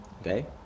Okay